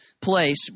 place